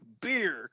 beer